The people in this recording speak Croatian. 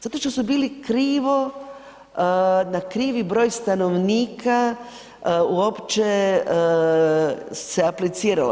Zato što su bili krivo, na krivi broj stanovnika uopće se apliciralo.